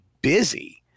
busy